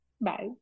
Bye